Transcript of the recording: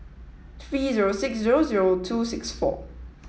three zero six zero zero two six four